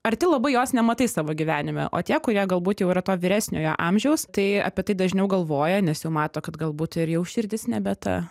arti labai jos nematai savo gyvenime o tie kurie galbūt jau yra to vyresniojo amžiaus tai apie tai dažniau galvoja nes jau mato kad galbūt ir jau širdis nebe ta